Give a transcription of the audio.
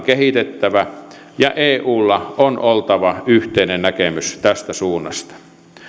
kehitettävä ja eulla on oltava yhteinen näkemys tästä suunnasta